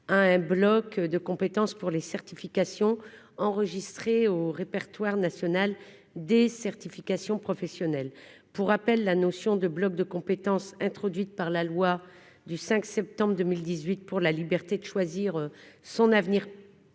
« bloc de compétences » d'une certification enregistrée dans le répertoire national des certifications professionnelles. Pour rappel, un « bloc de compétences », notion introduite par la loi du 5 septembre 2018 pour la liberté de choisir son avenir professionnel,